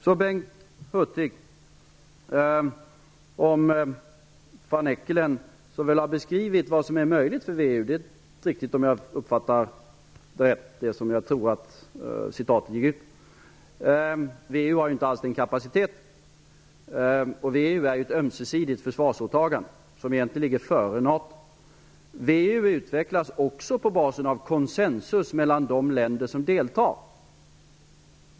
Så till Bengt Hurtigs fråga om Van Eekelen, som har beskrivit vad som är möjligt för VEU. Om jag uppfattade det rätt var det detta som citatet gick ut på. VEU har inte alls den kapaciteten. VEU är ett ömsesidigt försvarsåtagande, som egentligen ligger före NATO. VEU utvecklas på basen av konsensus mellan de länder som deltar.